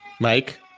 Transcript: Mike